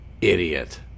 Idiot